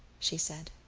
she said.